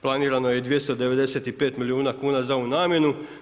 Planirano je 295 milijuna kuna za ovu namjenu.